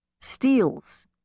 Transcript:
steals